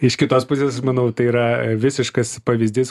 iš kitos pusės manau tai yra visiškas pavyzdys